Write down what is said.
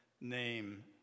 name